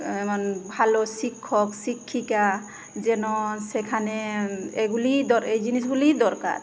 এএমন ভালো শিক্ষক শিক্ষিকা যেন সেখানে এগুলিই দর এই জিনিসগুলিই দরকার